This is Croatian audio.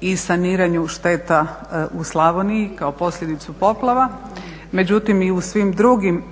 i saniranju šteta u Slavoniji kao posljedicu poplava, međutim i u svim drugim